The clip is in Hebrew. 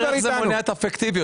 תגיד איך זה מונע את הפיקטיביות.